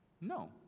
No